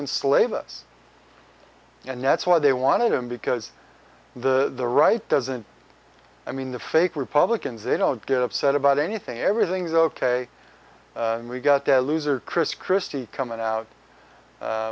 enslave us and that's why they wanted him because the right doesn't i mean the fake republicans they don't get upset about anything everything's ok we got the loser chris christie coming out